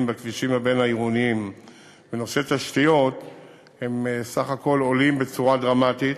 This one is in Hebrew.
בכבישים הבין-עירוניים בתשתיות בסך הכול עולים בצורה דרמטית,